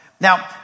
Now